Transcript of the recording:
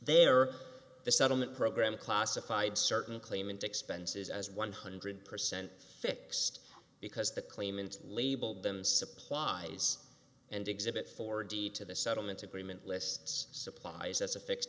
there the settlement program classified certain claimant expenses as one hundred percent fixed because the claimants labelled them supplies and exhibit four d to the settlement agreement lists supplies as a fixed